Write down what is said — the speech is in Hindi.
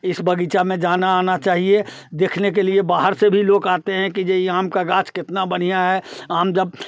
इस बगीचा में जाना आना चाहिए देखने के लिए बाहर से भी लोग आते हैं कि ये आम का गाछ कितना बढ़िया है आम जब